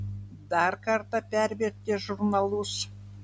dar kartą pervertė žurnalus